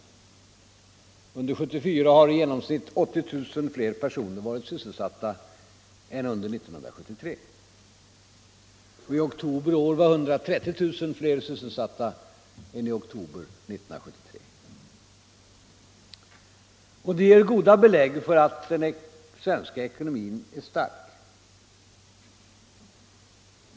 Under 1974 har i genomsnitt 80 000 — Sänkning av den fler varit sysselsatta än under 1973, och i oktober i år var 130 000 fler — allmänna pensionssysselsatta än under motsvarande tid 1973. åldern, m.m. Det ger goda belägg för att den svenska ekonomin är stark.